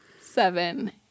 seven